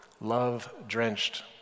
love-drenched